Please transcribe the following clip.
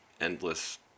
endless